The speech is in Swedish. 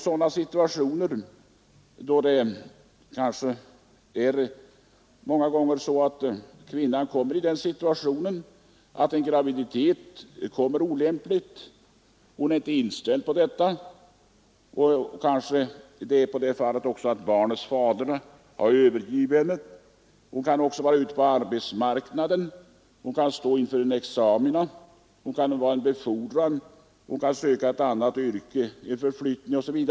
Kvinnan kan många gånger befinna sig i en sådan situation att en graviditet kommer olämpligt. Hon är inte inställd på att föda. Kanske barnets fader har övergivit henne. Hon kan vara ute på arbetsmarknaden eller stå inför en examen. Det kan vara fråga om en befordran. Hon kanske söker en ny anställning.